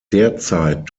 derzeit